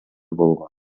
болгон